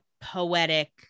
poetic